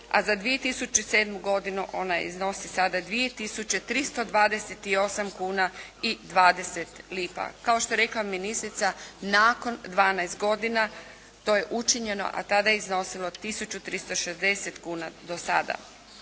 a za 2007.godinu ona iznosi sada 2 tisuće 328 kuna i 20 lipa. Kao što je rekla ministrica nakon 12 godina to je učinjeno, a tada je iznosilo 1360 kuna do sada.